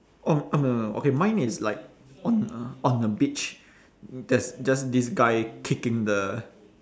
oh oh no no no okay mine is like on a on a beach there's just this guy kicking the